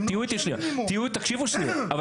תהיו איתי, תקשיבו לי שנייה.